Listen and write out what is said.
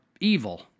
evil